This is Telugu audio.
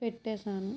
పెట్టేసాను